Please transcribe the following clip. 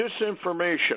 disinformation